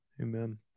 Amen